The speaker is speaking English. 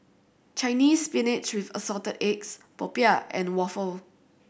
Chinese Spinach with Assorted Eggs popiah and waffle